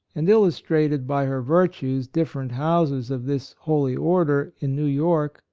and illustrated by her virtues different houses of this holy order in new york,